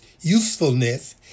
usefulness